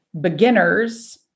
beginners